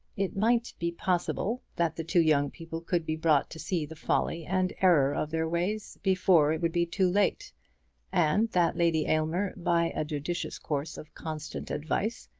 it might be possible that the two young people could be brought to see the folly and error of their ways before it would be too late and that lady aylmer, by a judicious course of constant advice,